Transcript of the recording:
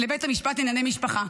לבית המשפט לענייני משפחה,